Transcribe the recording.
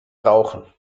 brauchen